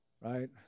right